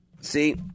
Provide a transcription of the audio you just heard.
See